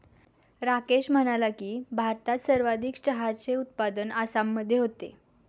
राकेश म्हणाला की, भारतात सर्वाधिक चहाचे उत्पादन आसाममध्ये होते